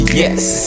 yes